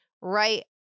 right